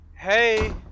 Hey